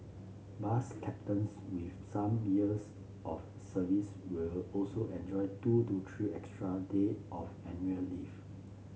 bus captains with some years of service will also enjoy two to three extra day of annual leave